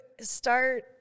start